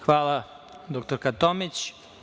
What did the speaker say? Hvala dr Tomić.